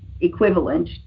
equivalent